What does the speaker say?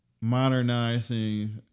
modernizing